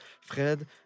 Fred